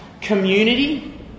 community